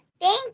Thank